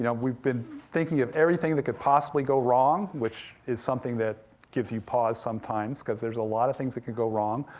yeah we've been thinking of everything that could possibly go wrong, which is something that gives you pause, sometimes, cause there's a lot of things that could go wrong,